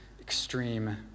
extreme